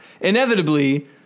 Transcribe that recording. Inevitably